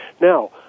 Now